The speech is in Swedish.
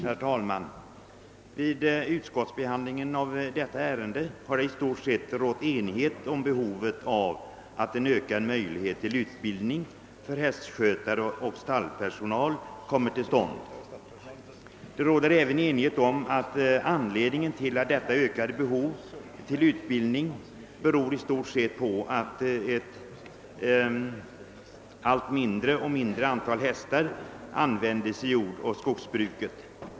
Herr talman! Vid utskottsbehandlingen av detta ärende har i stort sett rått enighet om behovet av ökade möjlig heter till utbildning för hästskötare och stallpersonal. Det råder även enighet om att detta ökade behov av utbildning i stor utsträckning sammanhänger med att ett allt mindre antal hästar används i jordoch skogsbruket.